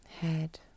head